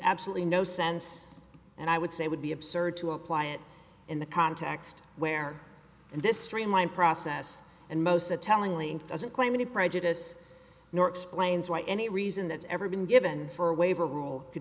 absolutely no sense and i would say would be absurd to apply it in the context where this streamline process and most the tellingly doesn't claim any prejudice nor explains why any reason that's ever been given for a waiver rule